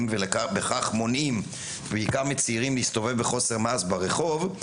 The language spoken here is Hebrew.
ובכך מונעים בעיקר מצעירים להסתובב בחוסר מעש ברחוב,